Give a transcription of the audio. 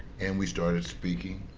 and we started speaking.